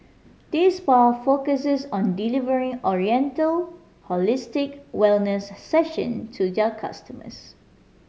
this spa focuses on delivering oriental holistic wellness session to their customers